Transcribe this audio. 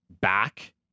back